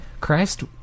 Christ